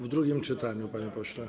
W drugim czytaniu, panie pośle.